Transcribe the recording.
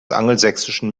angelsächsischen